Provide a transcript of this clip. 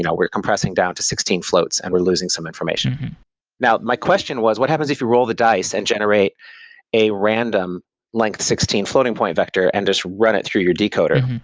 we're compressing down to sixteen floats and we're losing some information now my question was what happens if you roll the dice and generate a random length sixteen floating point vector and just run it through your decoder?